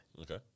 Okay